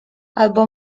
albo